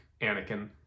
Anakin